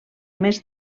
més